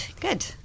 Good